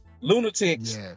lunatics